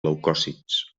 leucòcits